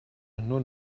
nur